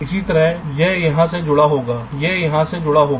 इसी तरह यह यहां से जुड़ा होगा यह यहां से जुड़ा होगा